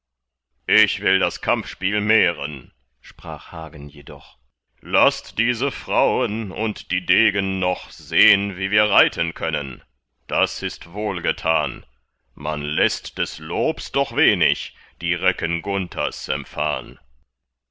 ich will das kampfspiel mehren sprach hagen jedoch laßt diese frauen und die degen noch sehn wie wir reiten können das ist wohlgetan man läßt des lobs doch wenig die recken gunthers empfahn